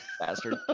Bastard